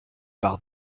par